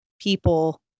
people